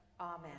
amen